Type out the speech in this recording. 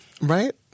Right